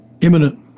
imminent